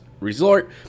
Resort